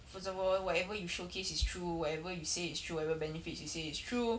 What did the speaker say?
first of all whatever you showcase is true whatever you say is true whatever benefits you say is true